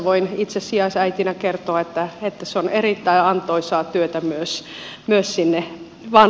voin itse sijaisäitinä kertoa että se on erittäin antoisaa työtä myös sijaisvanhemmille